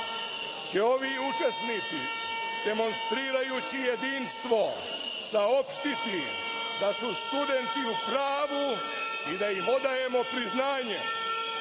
će ovi učesnici demonstrirajući jedinstvo saopštiti da su studenti u pravu i da im odajemo priznanje.